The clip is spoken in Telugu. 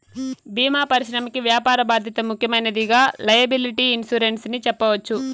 భీమా పరిశ్రమకి వ్యాపార బాధ్యత ముఖ్యమైనదిగా లైయబిలిటీ ఇన్సురెన్స్ ని చెప్పవచ్చు